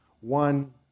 one